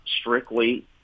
strictly